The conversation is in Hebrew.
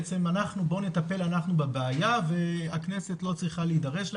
בעצם בואו נטפל אנחנו בבעיה והכנסת לא צריכה להידרש לעניין,